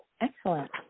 excellent